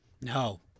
No